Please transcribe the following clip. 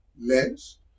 lens